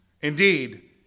Indeed